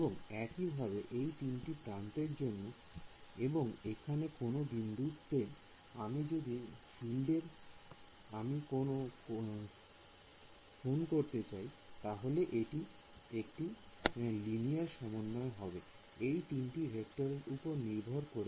এবং একইভাবে এই তিনটি প্রান্তের জন্য এবং এইখানে কোন বিন্দুতে আমি যদি ফিল্ডের আমি ফোন করতে চাই তাহলে এটি একটি লিনিয়ার সমন্বয় হবে এই তিনটি ভেক্টরের উপর নির্ভর করে